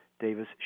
Davis